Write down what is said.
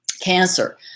Cancer